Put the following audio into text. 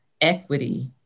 equity